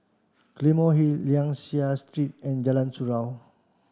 Claymore Hill Liang Seah Street and Jalan Surau